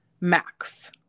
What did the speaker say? max